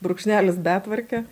brūkšnelis betvarkė